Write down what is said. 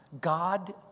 God